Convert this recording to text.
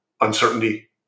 uncertainty